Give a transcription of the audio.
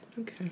Okay